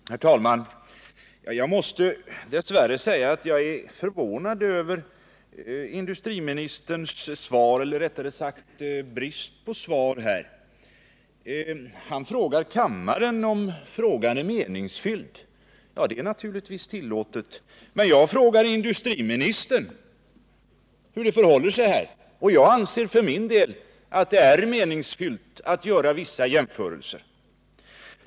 Herr talman! Jag måste dess värre säga att jag är förvånad över industriministerns svar eller rättare sagt brist på svar. Han frågar kammaren om denna fråga är meningsfylld. Det är naturligtvis tillåtet. Men jag frågar industriministern hur det förhåller sig. Jag anser för min del att det är meningsfyllt att göra vissa jämförelser.